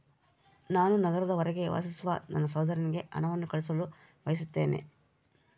ನಾನು ನಗರದ ಹೊರಗೆ ವಾಸಿಸುವ ನನ್ನ ಸಹೋದರನಿಗೆ ಹಣವನ್ನು ಕಳುಹಿಸಲು ಬಯಸುತ್ತೇನೆ